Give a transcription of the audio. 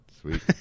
sweet